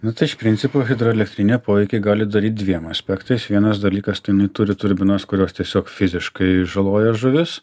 nu tai iš principo hidroelektrinė poveikį gali daryt dviem aspektais vienas dalykas tai jinai turi turbinas kurios tiesiog fiziškai žaloja žuvis